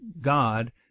god